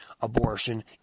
abortion